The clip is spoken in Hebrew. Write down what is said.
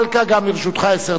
גם לרשותך עשר דקות,